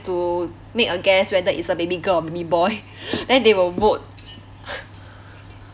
to make a guess whether it's a baby girl or baby boy then they will vote